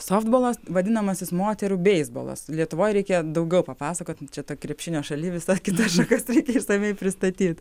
softbolas vadinamasis moterų beisbolas lietuvoj reikia daugiau papasakot čia ta krepšinio šaly visa kitas šakas reikia išsamiai pristatyt